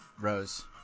Rose